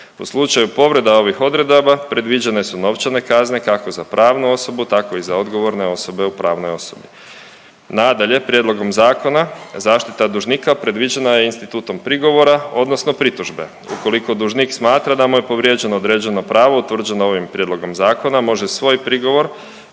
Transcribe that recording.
U slučaju povreda ovih odredaba predviđene su novčane kazne kako za pravnu osobu tako i za odgovorne osobe u pravnoj osobi. Nadalje, prijedlogom zakona zaštita dužnika predviđena je institutom prigovora odnosno pritužbe ukoliko dužnik smatra da mu je povrijeđeno određeno pravo utvrđeno ovim prijedlogom zakona može svoj prigovor